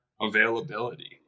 availability